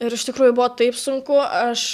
ir iš tikrųjų buvo taip sunku aš